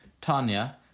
Tanya